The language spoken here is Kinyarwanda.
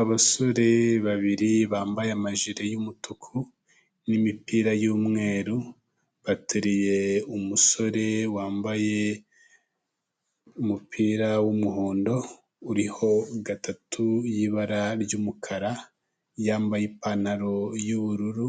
Abasore babiri bambaye amajire y'umutuku n'imipira y'umweru, bateriye umusore wambaye umupira w'umuhondo uriho gatatu y'ibara ry'umukara, yambaye ipantaro y'ubururu;